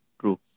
true